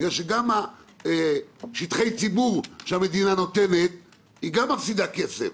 בגלל שגם משטחי הציבור שהמדינה נותנת היא מפסידה כסף.